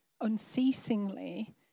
unceasingly